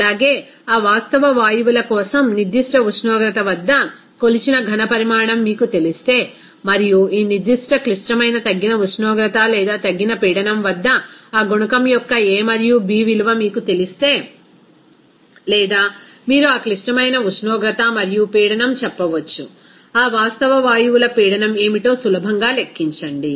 అలాగే ఆ వాస్తవ వాయువుల కోసం నిర్దిష్ట ఉష్ణోగ్రత వద్ద కొలిచిన ఘనపరిమాణం మీకు తెలిస్తే మరియు ఈ నిర్దిష్ట క్లిష్టమైన తగ్గిన ఉష్ణోగ్రత లేదా తగ్గిన పీడనం వద్ద ఆ గుణకం యొక్క a మరియు b విలువ మీకు తెలిస్తే లేదా మీరు ఆ క్లిష్టమైన ఉష్ణోగ్రత మరియు పీడనం చెప్పవచ్చు ఆ వాస్తవ వాయువుల పీడనం ఏమిటో సులభంగా లెక్కించండి